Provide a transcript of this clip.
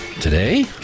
today